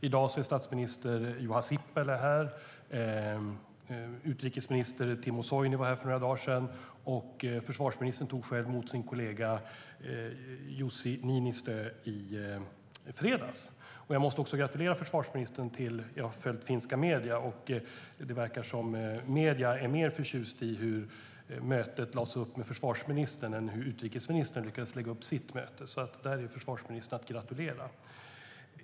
I dag är statsminister Juha Sipilä här, utrikesminister Timo Soini var här för några dagar sedan och försvarsministern tog själv emot sin kollega Jussi Niinistö i fredags. Jag måste också gratulera försvarsministern. Jag har följt finska medier, och det verkar som om medierna är mer förtjusta i hur mötet med försvarsministern lades upp än i hur utrikesministern lyckades lägga upp sitt möte. Där är alltså försvarsministern att gratulera.